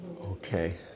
Okay